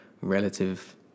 relative